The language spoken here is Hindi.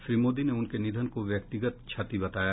श्री मोदी ने उनके निधन को व्यक्तिगत क्षति बताया